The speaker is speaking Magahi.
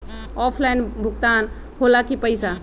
ऑफलाइन भुगतान हो ला कि पईसा?